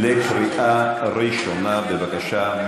בבקשה.